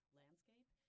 landscape